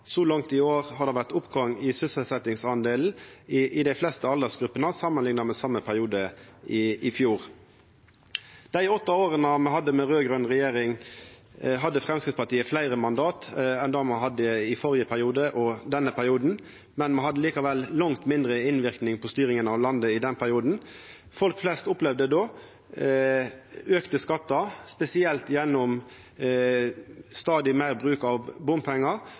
Så langt i år har det vore oppgang i delen av sysselsette i dei fleste aldersgrupper samanlikna med same periode i fjor. I dei åtte åra med raud-grøn regjering hadde Framstegspartiet fleire mandat enn i den førre og i denne perioden, men me hadde likevel langt mindre innverknad på styringa av landet. Folk flest opplevde då ein auke i skattar, spesielt gjennom stadig meir bruk av bompengar